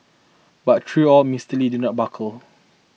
but tree all Mister Lee did not buckle